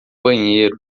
banheiro